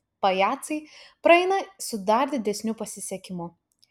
pajacai praeina su dar didesniu pasisekimu